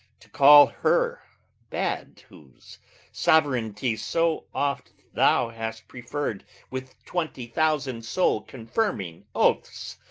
to call her bad whose sovereignty so oft thou hast preferr'd with twenty thousand soul-confirming oaths!